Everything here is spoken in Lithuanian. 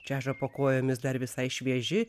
čeža po kojomis dar visai švieži